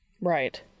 Right